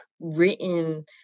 written